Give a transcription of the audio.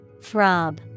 Throb